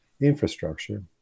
infrastructure